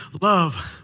Love